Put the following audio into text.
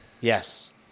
Yes